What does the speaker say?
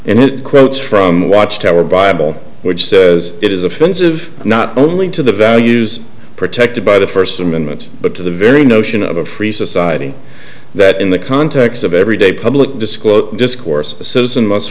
it quotes from watchtower bible which says it is offensive not only to the values protected by the first amendment but to the very notion of a free society that in the context of every day public disclosure discourse a citizen must